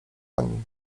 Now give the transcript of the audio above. oni